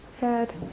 head